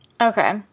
Okay